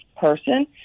person